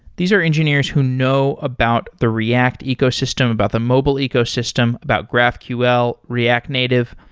these are engineers who know about the react ecosystem, about the mobile ecosystem, about graphql, react native.